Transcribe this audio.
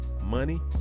money